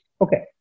Okay